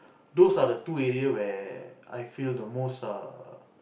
those are the two area where I feel the most err